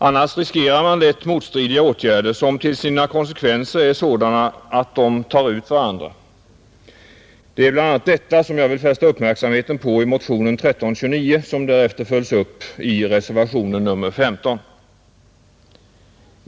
Annars riskerar man lätt motstridiga åtgärder, som till sina konsekvenser är sådana att de tar ut varandra, Det är bl.a. detta som jag vill fästa uppmärksamheten på i motionen 1329, som följts upp i reservationen 15.